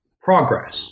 Progress